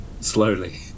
slowly